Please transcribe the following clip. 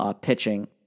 pitching